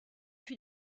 vue